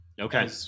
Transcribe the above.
Okay